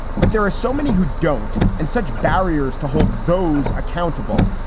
but there are so many who don't. and such barriers to hold those accountable.